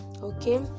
Okay